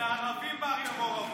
את הערבים בערים המעורבות.